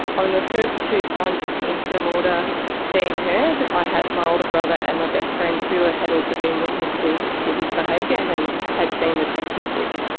um the first two times of the interim order being heard i had my older brother and my best friend who ah had also been witnesses to his behaviour and had seen the text message.